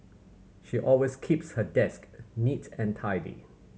she always keeps her desk neat and tidy